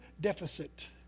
deficit